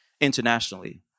internationally